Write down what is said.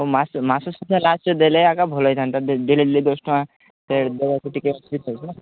ହଉ ମାସ ମାସ ସୁଦ୍ଧା ଲାଷ୍ଟ୍ରେ ଦେଲେ ଏକା ଭଲ ହେଇଥାନ୍ତା ଡେଲି ଡେଲି ଦଶ ଟଙ୍କା ଦେବାକୁ ଟିକେ